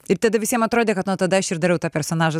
ir tada visiem atrodė kad nuo tada aš ir darau tą personažą